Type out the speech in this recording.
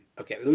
okay